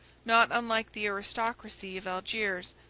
not unlike the aristocracy of algiers,